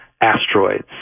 asteroids